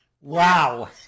Wow